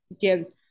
gives